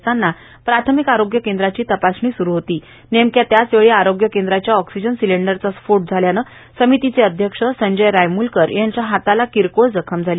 येथील प्राथमिक आरोग्य केंद्राची तपासणी करीत असतांना नेमक्या त्याचवेळी आरोग्य केंद्राची ऑक्सिजन सिलेंडरचा स्फोट झाल्यानं समितीचे अध्यक्ष संजय रायमूलकर यांच्या हाताला किरकोळ जखम झाली